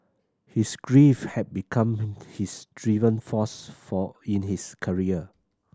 his grief had become his driven force for in his career